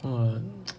!wah!